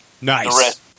Nice